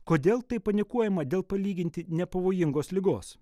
kodėl tai panikuojama dėl palyginti nepavojingos ligos